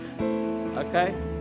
Okay